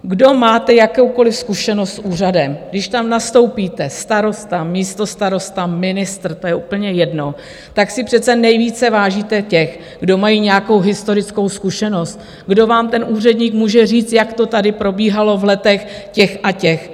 Kdo máte jakoukoliv zkušenost s úřadem, když tam nastoupíte, starosta, místostarosta, ministr, to je úplně jedno, tak si přece nejvíce vážíte těch, kdo mají nějakou historickou zkušenost, kdo vám, ten úředník, může říct, jak to tady probíhalo v letech těch a těch.